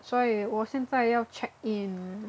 所以我现在要 check in